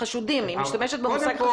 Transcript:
היא משתמשת במונח "חשודים".